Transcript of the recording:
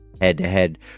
Head-to-head